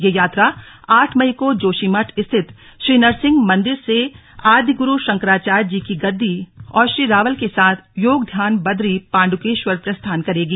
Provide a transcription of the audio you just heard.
यह यात्रा आठ मई को जोशीमठ स्थित श्री नुसिंह मंदिर से आदि गुरू शंकराचार्य जी की गद्दी और श्री रावल के साथ योगध्यान बदरी पांडुकेश्वर प्रस्थान करेगी